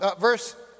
verse